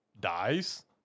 dies